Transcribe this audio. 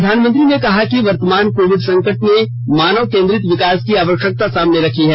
प्रधानमंत्री ने कहा कि वर्तमान कोविड संकट ने मानव केन्द्रित विकास की आवश्यकता सामने रखी है